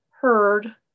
heard